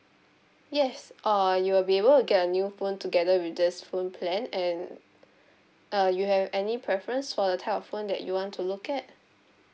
yes err you'll be able get a new phone together with this phone plan and uh you have any preference for the telephone that you want to look at